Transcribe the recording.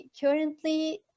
Currently